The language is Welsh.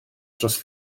dros